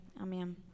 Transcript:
Amen